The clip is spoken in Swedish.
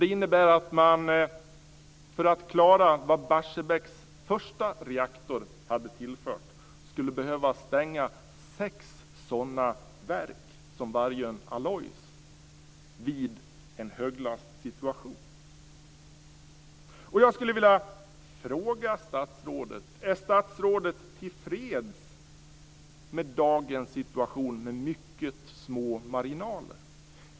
Det innebär att man i en höglastsituation, för att klara vad Barsebäcks första reaktor hade tillfört, skulle behöva stänga sex sådana verk som Vargön Alloys. Är statsrådet tillfreds med dagens situation, med mycket små marginaler?